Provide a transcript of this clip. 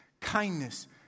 kindness